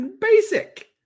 Basic